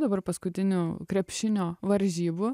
dabar paskutinių krepšinio varžybų